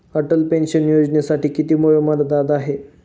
Atal pension योजनेसाठी किती वयोमर्यादा आहे?